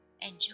Enjoy